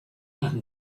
and